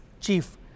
chief